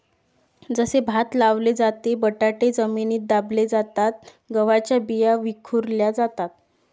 जसे भात लावले जाते, बटाटे जमिनीत दाबले जातात, गव्हाच्या बिया विखुरल्या जातात